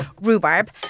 rhubarb